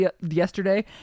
yesterday